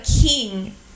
king